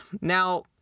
Now